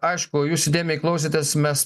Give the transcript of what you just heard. aišku jūs įdėmiai klausėtės mes